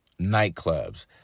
nightclubs